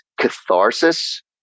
catharsis